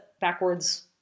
backwards